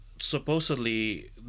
supposedly